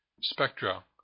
spectra